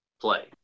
play